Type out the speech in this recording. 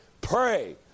pray